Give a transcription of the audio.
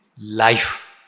life